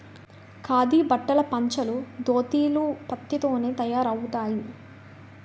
ఖాదీ బట్టలు పంచలు దోతీలు పత్తి తోనే తయారవుతాయి